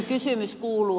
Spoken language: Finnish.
kysymys kuuluu